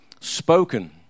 spoken